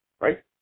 right